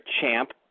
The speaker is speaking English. champ